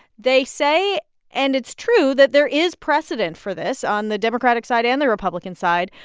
they say and it's true that there is precedent for this on the democratic side and the republican side,